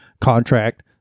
contract